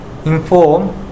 inform